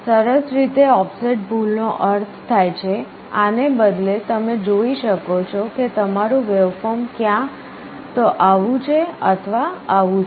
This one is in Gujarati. સરસ રીતે ઑફસેટ ભૂલનો અર્થ થાય છે આને બદલે તમે જોઈ શકો છો કે તમારું વેવફોર્મ ક્યાં તો આવું છે અથવા આવું છે